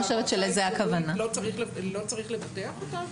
אז ההערכה היא שלא צריך לבטח אותם?